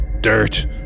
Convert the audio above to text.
dirt